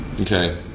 Okay